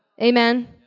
Amen